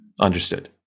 Understood